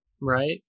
right